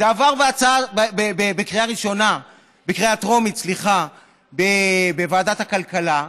זה עבר בקריאה טרומית בוועדת הכלכלה,